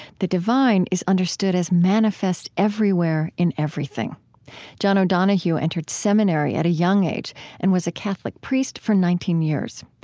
the divine is understood as manifest everywhere, in everything john o'donohue entered seminary at a young age and was a catholic priest for nineteen years.